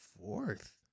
fourth